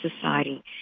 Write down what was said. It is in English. society